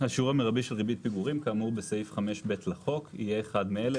השיעור המרבי של ריבית פיגורים כאמור בסעיף 5ב לחוק יהיה אחד מאלה,